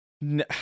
no